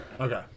Okay